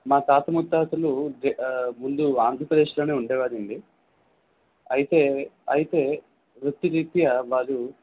మా తాత ముత్తాతలు ముందు ఆంధ్రప్రదేశ్లోనే ఉండేవారు అండి అయితే అయితే వృత్తిరీత్యా వారు